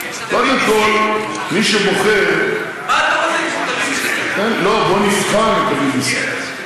קודם כול, מי שבוחר, לא, בואו נבחן את ה-BBC.